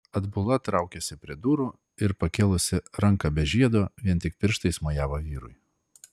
atbula traukėsi prie durų ir pakėlusi ranką be žiedo vien tik pirštais mojavo vyrui